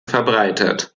verbreitet